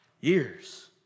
years